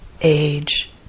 age